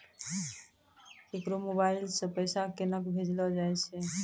केकरो मोबाइल सऽ पैसा केनक भेजलो जाय छै?